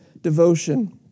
devotion